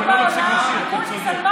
לא נפסיק לשיר, אתה צודק.